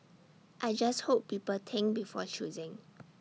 I just hope people think before choosing